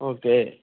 okay